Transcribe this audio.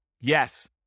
Yes